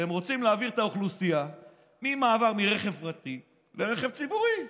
והם רוצים להעביר את האוכלוסייה מרכב פרטי לרכב ציבורי.